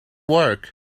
work